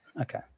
Okay